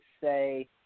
say